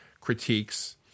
critiques